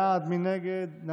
בעד, 19, אין מתנגדים